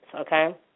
okay